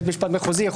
מחוזי,